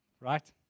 Right